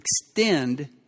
extend